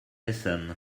essen